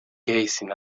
gazing